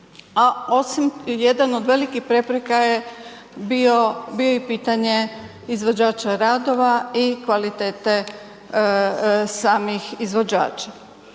a osim jedan od velikih prepreka je bio i pitanje izvođača radova i kvalitete samih izvođača.